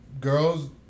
girls